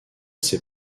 ses